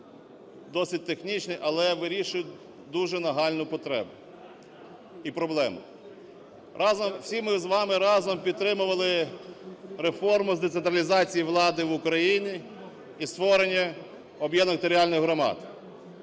досить технічний, але вирішує дуже нагальну потребу і проблему. Всі ми з вами разом підтримували реформу з децентралізації влади в Україні і створення об'єднаних територіальних громад.